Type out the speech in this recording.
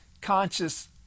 conscious